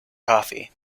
coffee